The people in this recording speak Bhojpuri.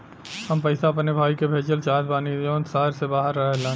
हम पैसा अपने भाई के भेजल चाहत बानी जौन शहर से बाहर रहेलन